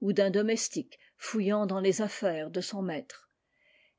ou d'un domestique fouillant dans les affaires de son maître